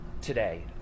today